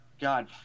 god